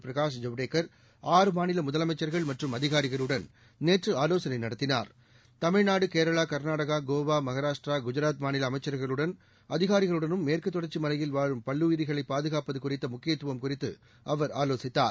பிரகாஷ் ஜவடேக்கர் ஆறு மாநில முதலமைச்சர்கள் மற்றும் அதிகாரிகளுடன் நேற்று ஆலோசனை நடத்தினார் தமிழ்நாடு கேரளா கர்நாடகா கோவா மஹாரஷடிரா குஜராத் மாநில அமைச்சர்களுடனும் அதிகாரிகளுடனும் மேற்கு தொடர்ச்சி மலையில் வாழும் பல்லுயிரிகளைப் பாதுகாப்பது குறித்த முக்கியத்துவம் குறிதது அவர் ஆலோசித்தார்